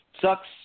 sucks